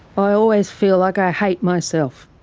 i always feel like i hate myself.